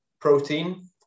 protein